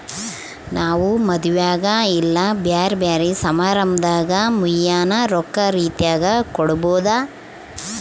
ನಾವು ಮದುವೆಗ ಇಲ್ಲ ಬ್ಯೆರೆ ಬ್ಯೆರೆ ಸಮಾರಂಭದಾಗ ಮುಯ್ಯಿನ ರೊಕ್ಕ ರೀತೆಗ ಕೊಡಬೊದು